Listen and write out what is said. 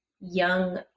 young